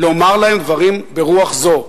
לומר להם דברים ברוח זו.